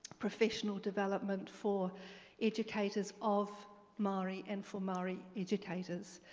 professional development for educators of maori and for maori educators.